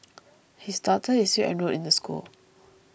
his daughter is still enrolled in the school